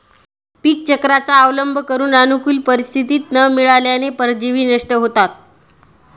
पीकचक्राचा अवलंब करून अनुकूल परिस्थिती न मिळाल्याने परजीवी नष्ट होतात